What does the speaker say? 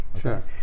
sure